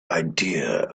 idea